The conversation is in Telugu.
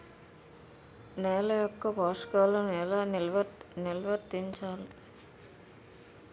నెల యెక్క పోషకాలను ఎలా నిల్వర్తించాలి